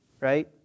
right